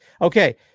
Okay